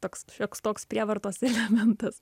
toks šioks toks prievartos elementas